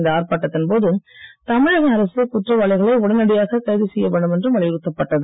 இந்த ஆர்ப்பாட்டத்தின் போது தமிழக அரசு குற்றவாளிகளை உடனடியாக கைது செய்ய வேண்டும் என்றும் வலியுறுத்தப்பட்டது